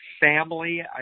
family